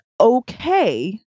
okay